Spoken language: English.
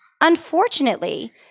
Unfortunately